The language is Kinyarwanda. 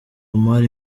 omar